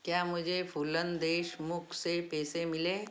क्या मुझे फूलन देशमुख से पैसे मिले